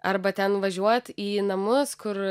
arba ten nuvažiuot į namus kur